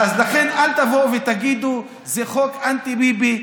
לכן אל תבואו ותגידו: זה חוק אנטי-ביבי.